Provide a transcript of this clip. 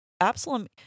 Absalom